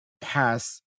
pass